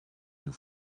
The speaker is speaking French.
nous